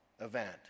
event